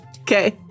Okay